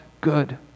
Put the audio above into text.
good